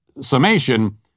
summation